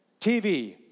TV